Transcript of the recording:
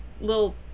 little